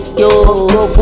yo